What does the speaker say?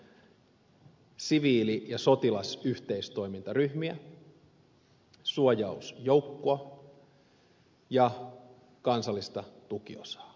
tämä panos on siviili ja sotilasyhteistoimintaryhmiä suojausjoukkoa ja kansallista tukiosaa